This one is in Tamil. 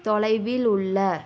தொலைவில் உள்ள